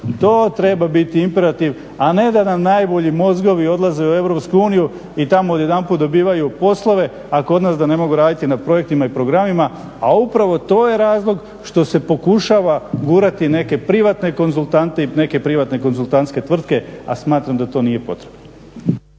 To treba biti imperativ, a ne da nam najbolji mozgovi odlaze u EU i tamo odjedanput dobivaju poslove a kod nas da ne mogu raditi na projektima i programima. A upravo to je razlog što se pokušava gurati neke privatne konzultante i neke privatne konzultantske tvrtke a smatram da to nije potrebno.